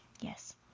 Yes